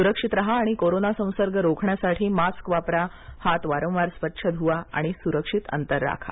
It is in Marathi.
सुक्षित राहा आणि कोरोना संसर्ग रोखण्यासाठी मास्क वापरा हात वारंवार स्वच्छ धुवा आणि सुरक्षित अंतर राखा